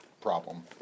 problem